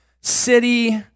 city